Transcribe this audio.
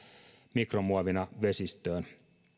mikromuovina vesistöön hyväksi